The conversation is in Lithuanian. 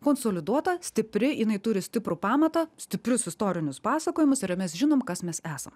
konsoliduota stipri jinai turi stiprų pamatą stiprius istorinius pasakojimus ir mes žinom kas mes esam